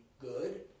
good